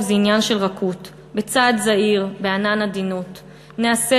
/ זה עניין של רכות / בצעד זהיר / בענן עדינות // נהסס,